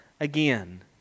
again